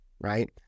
right